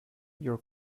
your